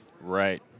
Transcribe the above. Right